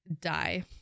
die